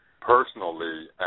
personally